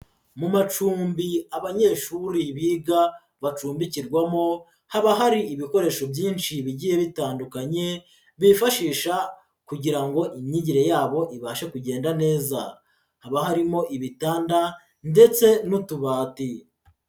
Mu macumbi abanyeshuri biga bacumbikirwamo, haba hari ibikoresho byinshi bigiye bitandukanye, bifashisha kugira ngo imyigire yabo ibashe kugenda neza, haba harimo ibitanda ndetse n'utubati.